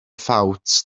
ffawt